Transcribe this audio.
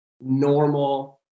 normal